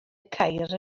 ceir